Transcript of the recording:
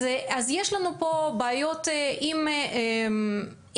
אז יש לנו פה בעיות עם תקינה,